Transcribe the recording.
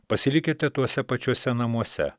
pasilikite tuose pačiuose namuose